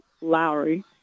Lowry